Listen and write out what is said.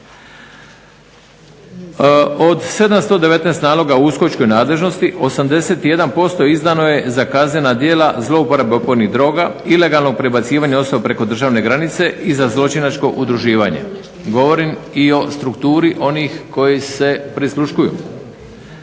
Od 719 naloga u uskočkoj nadležnosti 81% izdano je za kaznena djela zlouporabe opojnih droga, ilegalnog prebacivanja osoba preko državne granice i za zločinačko udruživanje. Govorim i o strukturi onih koji se prisluškuju.